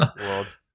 world